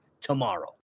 tomorrow